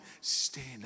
stand